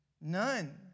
None